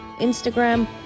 Instagram